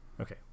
okay